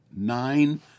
nine